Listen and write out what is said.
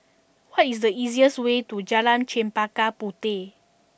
what is the easiest way to Jalan Chempaka Puteh